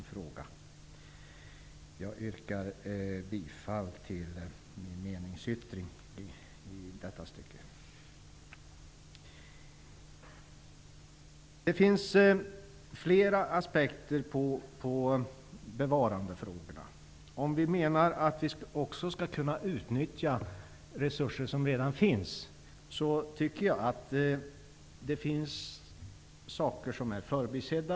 Jag yrkar bifall till min meningsyttring i detta stycke. Det finns flera aspekter på bevarandefrågorna. Om vi menar att vi också skall kunna utnyttja resurser som redan finns, tycker jag att vissa saker är förbisedda.